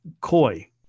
Koi